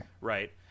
Right